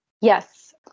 Yes